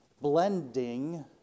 blending